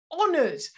honored